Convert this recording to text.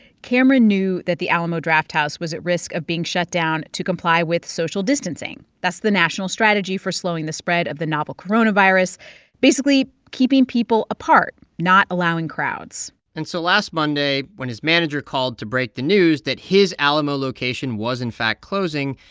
cameron knew that the alamo drafthouse was at risk of being shut down to comply with social distancing. that's the national strategy for slowing the spread of the novel coronavirus basically, keeping people apart, not allowing crowds and so last monday, when his manager called to break the news that his alamo location was, in fact, closing,